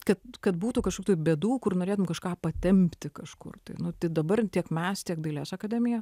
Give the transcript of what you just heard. kad kad būtų kažkokių tai bėdų kur norėtum kažką patempti kažkur nu tai dabar tiek mes tiek dailės akademija